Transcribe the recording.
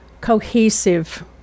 cohesive